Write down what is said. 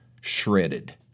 shredded